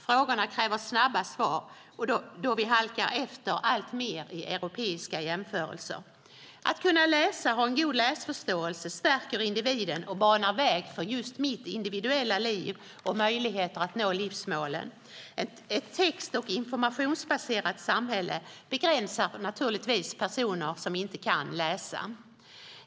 Frågorna kräver snabba svar då vi halkar efter alltmer i europeiska jämförelser. Att kunna läsa och ha en god läsförståelse stärker individen och banar väg för just mitt individuella liv och mina möjligheter att nå livsmålen. Ett text och informationsbaserat samhälle begränsar naturligtvis personer som inte kan läsa.